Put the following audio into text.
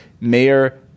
Mayor